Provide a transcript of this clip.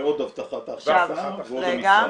ועוד הבטחת ההכנסה ועוד המשרד.